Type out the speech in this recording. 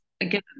again